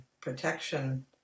protection